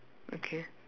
okay